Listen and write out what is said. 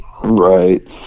Right